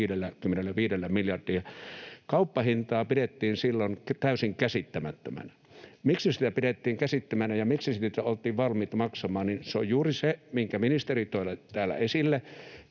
2,55 miljardilla? Kauppahintaa pidettiin silloin täysin käsittämättömänä. Miksi sitä pidettiin käsittämättömänä ja miksi siitä oltiin valmiita maksamaan, niin se on juuri se, minkä ministeri toi täällä esille: